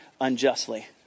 unjustly